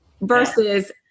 versus